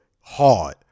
hard